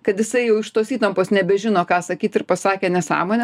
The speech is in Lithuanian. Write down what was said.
kad jisai jau iš tos įtampos nebežino ką sakyt ir pasakė nesąmonę